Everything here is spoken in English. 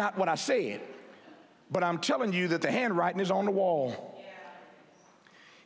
not what i say it but i'm telling you that the handwriting is on the wall